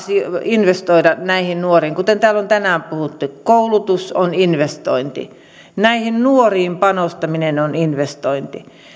investoida näihin nuoriin kuten täällä on tänään puhuttu koulutus on investointi näihin nuoriin panostaminen on investointi